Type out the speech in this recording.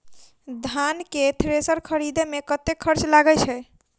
धान केँ थ्रेसर खरीदे मे कतेक खर्च लगय छैय?